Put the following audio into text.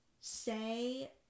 say